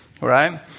right